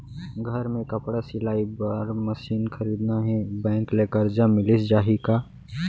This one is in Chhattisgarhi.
घर मे कपड़ा सिलाई बार मशीन खरीदना हे बैंक ले करजा मिलिस जाही का?